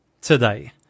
today